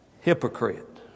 Hypocrite